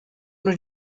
nur